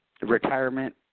retirement